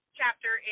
chapter